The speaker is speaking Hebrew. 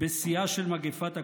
בשיאה של מגפת הקורונה.